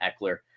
eckler